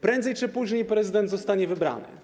Prędzej czy później prezydent zostanie wybrany.